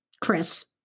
Chris